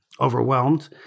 Overwhelmed